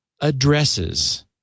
addresses